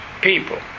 people